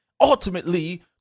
ultimately